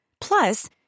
Plus